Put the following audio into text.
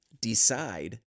decide